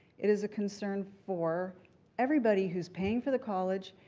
it is a concern for everybody who's paying for the college,